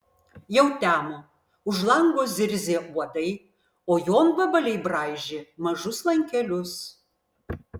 jau temo už lango zirzė uodai o jonvabaliai braižė mažus lankelius